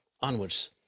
onwards